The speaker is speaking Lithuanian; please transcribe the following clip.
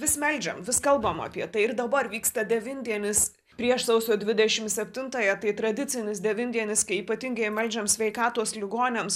vis meldžiam vis kalbam apie tai ir dabar vyksta devyndienis prieš sausio dvidešim septintąją tai tradicinis devyndienis kai ypatingai meldžiam sveikatos ligoniams